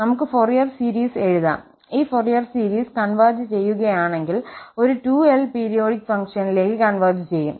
നമുക്ക് Fourier series എഴുതാം ഈ ഫൊറിയർ സീരീസ് കൺവെർജ് ചെയ്യുകയാണെങ്കിൽ ഒരു 2𝑙 പീരിയോഡിക് ഫംഗ്ഷനിലേക്ക് കൺവെർജ് ചെയ്യും